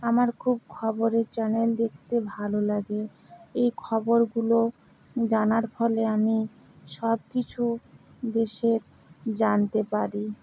আমার খুব খবরের চ্যানেল দেখতে ভালো লাগে এই খবরগুলো জানার ফলে আমি সব কিছু দেশের জানতে পারি